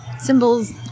symbols